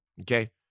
okay